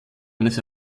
eines